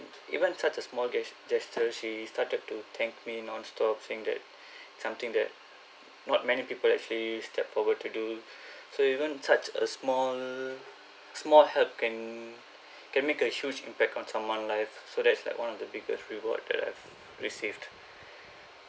even such a small ges~ gesture she started to thank me non-stop saying that something that not many people actually stepped forward to do so even such a small small help can can make a huge impact on someone life so that's like one of the biggest reward that I've received